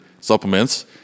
supplements